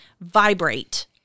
vibrate